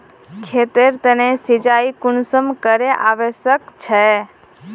खेतेर तने सिंचाई कुंसम करे आवश्यक छै?